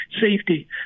safety